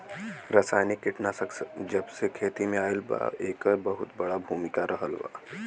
रासायनिक कीटनाशक जबसे खेती में आईल बा येकर बहुत बड़ा भूमिका रहलबा